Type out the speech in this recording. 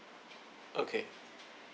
okay